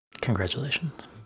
Congratulations